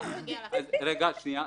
ההנחה השנייה,